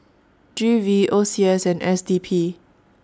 G V O C S and S D P